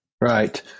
Right